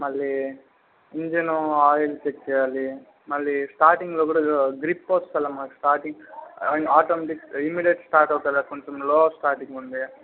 మళ్ళీ engine oil check చేయాలి మళ్ళీ స్టార్టింగ్లో కూడా గ్రిప్ వస్తలేదు మళ్ళీ స్టార్టింగ్లో ఆటోమేటిక్ ఇమిడియెట్ స్టార్ట్ అవ్వడం లేదు కొంచెం లో స్టార్టింగ్ ఉంది